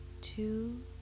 two